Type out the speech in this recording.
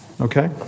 Okay